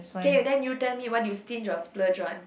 K then you tell me what you sting or splurge one